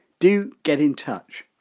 do get in touch.